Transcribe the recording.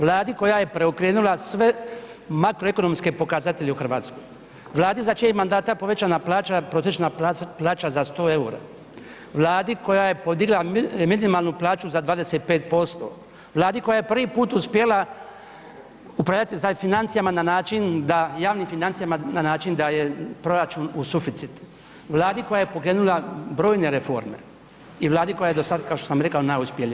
Vladi koja je preokrenula sve makroekonomske pokazatelje u Hrvatskoj, Vladi za čijeg je mandata povećana plaća, prosječna plaća za 100 EUR-a, Vladi koja je podigla minimalnu plaću za 25%, Vlada koja je prvi put uspjela upravljati financijama na način da, javnim financijama na način da je proračun u suficit, Vladi koja je pokrenula brojne reforme i Vladi koja je do sad najuspjelija.